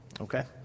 okay